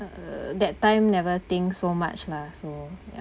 uh that time never think so much lah so ya